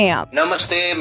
Namaste